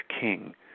King